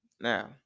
Now